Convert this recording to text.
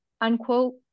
unquote